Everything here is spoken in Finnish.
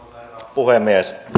puhemies haluan